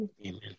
Amen